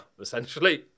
essentially